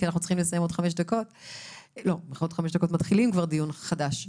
כי אנחנו בעוד חמש דקות מתחילים כבר דיון חדש.